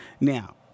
Now